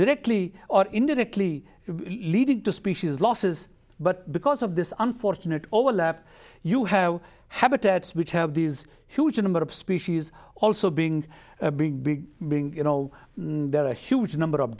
directly or indirectly leading to species losses but because of this unfortunate overlap you have habitats which have these huge number of species also being big big being you know there are a huge number of